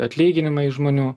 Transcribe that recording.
atlyginimai žmonių